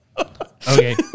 Okay